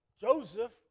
Joseph